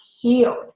healed